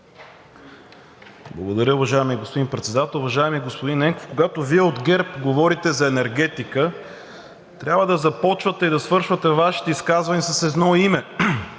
Благодаря, уважаеми господин Председател. Уважаеми господин Ненков, когато Вие от ГЕРБ говорите за енергетика, трябва да започвате и да свършвате Вашите изказвания с едно име: